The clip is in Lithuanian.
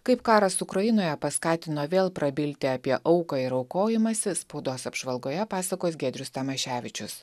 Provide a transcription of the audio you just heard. kaip karas ukrainoje paskatino vėl prabilti apie auką ir aukojimąsi spaudos apžvalgoje pasakos giedrius tamaševičius